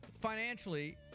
financially